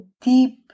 deep